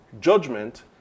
Judgment